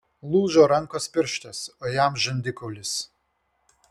lūžo rankos pirštas o jam žandikaulis